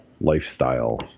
lifestyle